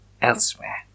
Elsewhere